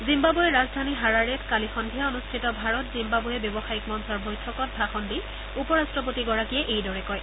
জিম্বাবৱেৰ ৰাজধানী হাৰাৰেত কালি সন্ধিয়া অনুষ্ঠিত ভাৰত জিম্বাবৱে ব্যৱসায়িক মঞ্চৰ বৈঠকত ভাষণ দি উপ ৰাট্টপতিগৰাকীয়ে এইদৰে কয়